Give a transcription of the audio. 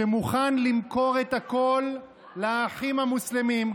שמוכן למכור את הכול לאחים המוסלמים.